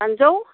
दाइनजौ